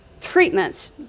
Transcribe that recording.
treatments